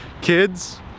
kids